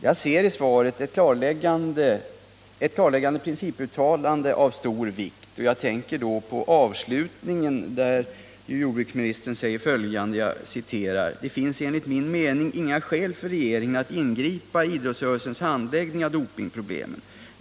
Jag ser i svaret ett klarläggande principuttalande av stor vikt. Jag tänker då på avslutningen, där jordbruksministern säger: ”Det finns enligt min mening inga skäl för regeringen att ingripa i idrottsrörelsens handläggning av dopingproblemen.